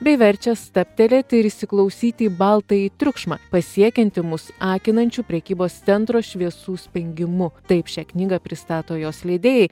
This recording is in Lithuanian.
bei verčia stabtelėti ir įsiklausyti į baltąjį triukšmą pasiekiantį mus akinančių prekybos centro šviesų spengimu taip šią knygą pristato jos leidėjai